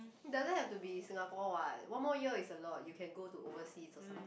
it doesn't have to be in Singapore what one more year is a lot you can go to overseas or something